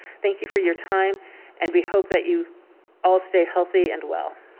thank you for your time and we hope that you all stay healthy and well.